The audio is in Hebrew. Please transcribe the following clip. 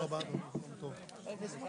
הישיבה ננעלה בשעה